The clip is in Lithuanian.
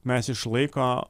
mes iš laiko